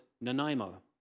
Nanaimo